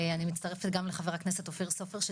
אני מצטרפת גם לחבר הכנסת אופיר סופר שהוא